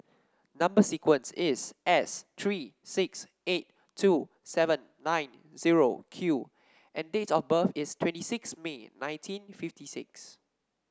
number sequence is S three six eight two seven nine zero Q and date of birth is twenty six May nineteen fifty six